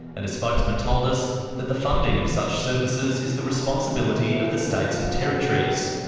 and a spokesman told us that the funding of such services is the responsibility of the states and territoriesmany